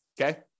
Okay